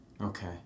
Okay